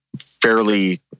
fairly